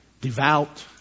devout